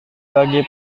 bagi